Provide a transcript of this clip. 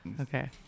okay